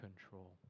control